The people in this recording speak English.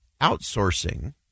Outsourcing